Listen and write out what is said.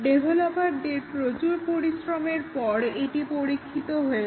ডেভলপারদের প্রচুর পরিশ্রমের পর এটি পরীক্ষিত হয়েছে